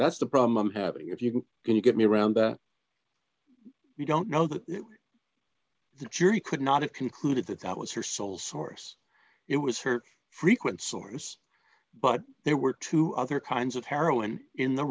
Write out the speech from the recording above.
that's the problem if you can you get me around you don't know that the jury could not have concluded that that was her sole source it was her frequent source but there were two other kinds of heroin in the